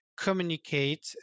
communicate